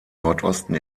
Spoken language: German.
nordosten